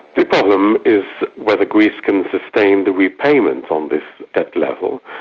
the problem is whether greece can sustain the repayments on this debt level.